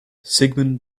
sigmund